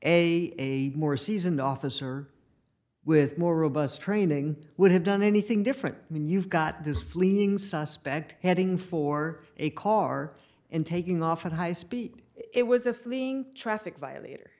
a more seasoned officer with more robust training would have done anything different i mean you've got this fleeing suspect heading for a car and taking off at high speed it was a fleeing traffic